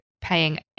paying